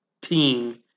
team